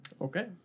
okay